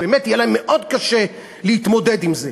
באמת יהיה להם מאוד קשה להתמודד עם זה.